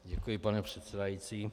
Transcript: Děkuji, pane předsedající.